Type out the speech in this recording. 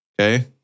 Okay